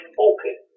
focus